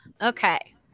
Okay